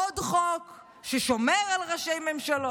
עוד חוק ששומר על ראשי ממשלות,